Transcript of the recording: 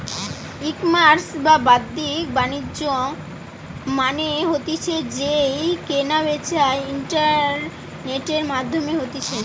ecommerce বা বাদ্দিক বাণিজ্য মানে হতিছে যেই কেনা বেচা ইন্টারনেটের মাধ্যমে হতিছে